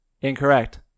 Incorrect